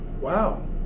wow